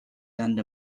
earned